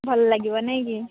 ଭଲ ଲାଗିବା ନାହିଁକି